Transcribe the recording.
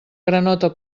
granota